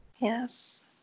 Yes